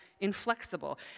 inflexible